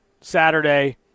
Saturday